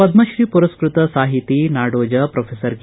ಪದ್ರತ್ರೀ ಮರುಸ್ನತ ಸಾಹಿತಿ ನಾಡೋಜ ಪ್ರೊಫೆಸರ್ ಕೆ